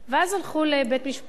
ואז הלכו לבית-משפט,